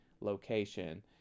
location